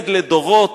יילמד לדורות.